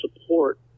support